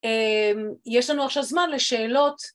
יש לנו עכשיו זמן לשאלות.